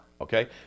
Okay